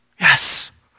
Yes